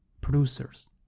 producers